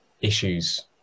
issues